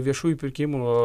viešųjų pirkimų